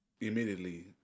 immediately